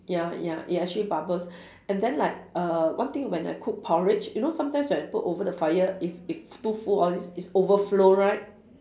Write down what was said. ya ya it actually bubbles and then like err one thing when I cook porridge you know sometimes when I put over the fire if if too full all this it's overflow right